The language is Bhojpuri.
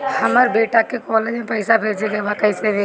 हमर बेटा के कॉलेज में पैसा भेजे के बा कइसे भेजी?